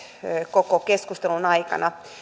koko keskustelun aikana